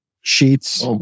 sheets